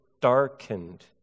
darkened